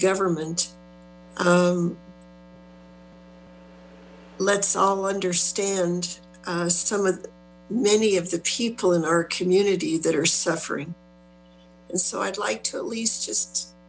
government let's all understand some of many of the people in our community that are suffering and so i'd like to at least